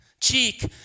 cheek